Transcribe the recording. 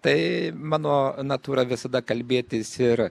tai mano natūra visada kalbėtis ir